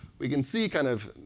we can see, kind of,